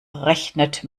rechnet